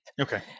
okay